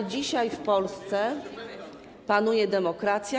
ale dzisiaj w Polsce panuje demokracja.